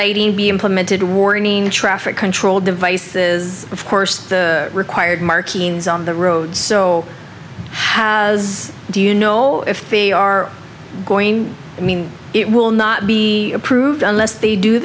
lady be implemented warning traffic control devices of course the required markings on the road so has do you know if we are going to mean it will not be approved unless they do